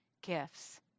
gifts